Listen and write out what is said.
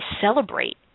celebrate